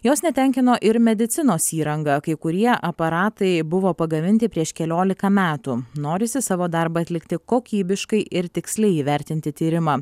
jos netenkino ir medicinos įranga kai kurie aparatai buvo pagaminti prieš keliolika metų norisi savo darbą atlikti kokybiškai ir tiksliai įvertinti tyrimą